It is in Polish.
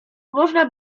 można